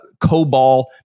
COBOL